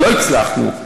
ולא הצלחנו.